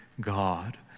God